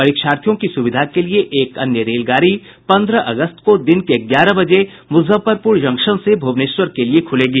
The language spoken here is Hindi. परीक्षार्थियों की सुविधा के लिए एक अन्य रेलगाड़ी पंद्रह अगस्त को दिन के ग्यारह बजे मुजफ्फरपुर जंक्शन से भुवनेश्वर के लिए खुलेगी